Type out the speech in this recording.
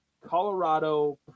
Colorado